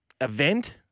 event